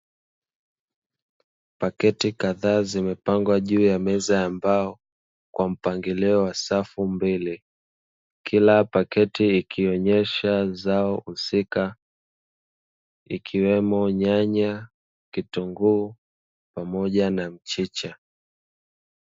Paketi kadhaa zimepangwa juu ya meza ya mbao kwa mpangilio wa safu mbili. Kila paketi ikionyesha zao husika, ikiwemo; nyanya, kitunguu, pamoja na mchicha.